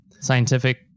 scientific